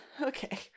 Okay